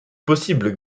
possible